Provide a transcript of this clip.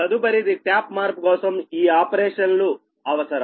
తదుపరిది ట్యాప్ మార్పు కోసం ఈ ఆపరేషన్లు అవసరం